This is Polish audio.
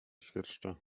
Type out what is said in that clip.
świerszcza